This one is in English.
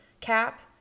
cap